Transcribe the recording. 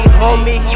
homie